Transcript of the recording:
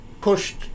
pushed